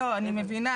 אני מבינה.